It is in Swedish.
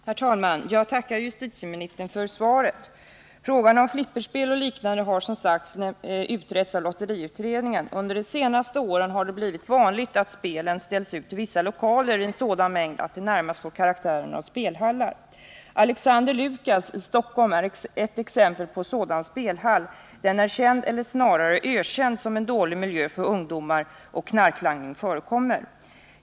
Herr talman! Jag tackar justitieministern för svaret. Frågan om flipperspel och liknande har som sagts utretts av lotteriutredningen. Under de senaste åren har det blivit vanligare att spel ställs ut i vissa lokaler i sådan mängd att de närmast fått karaktären av spelhallar. Alexander Lukas i Stockholm är en sådan spelhall. Den är känd, eller snarare ökänd, som en dålig miljö för ungdomar. Knarklangning förekommer.